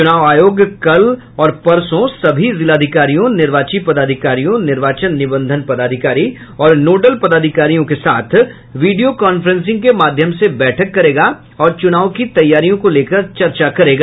चुनाव आयोग कल और परसों सभी जिलाधिकारियों निर्वाची पदाधिकारियों निर्वाचन निबंधन पदाधिकारी और नोडल पदाधिकारियों के साथ वीडियो कांफ्रेंसिंग के माध्यम से बैठक करेगा और चुनाव की तैयारियों को लेकर चर्चा करेगा